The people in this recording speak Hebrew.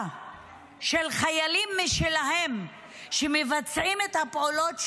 של חיילים משלהם שמבצעים את הפעולות שלהם.